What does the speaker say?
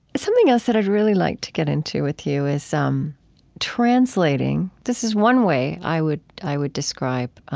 something else that i'd really like to get into with you is um translating. this is one way i would i would describe,